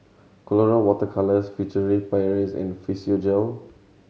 Colora Water Colours Furtere Paris and Physiogel